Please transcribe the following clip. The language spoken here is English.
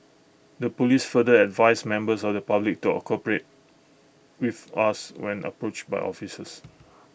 the Police further advised members of the public to A cooperate with us when approached by officers